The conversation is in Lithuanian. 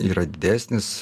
yra didesnis